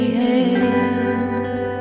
hands